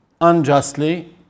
unjustly